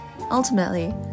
ultimately